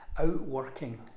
outworking